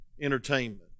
entertainment